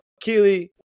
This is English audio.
Keely